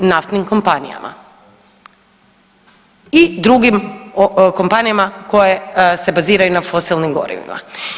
Naftnim kompanijama i drugim kompanijama koje se baziraju na fosilnim gorivima.